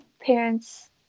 parents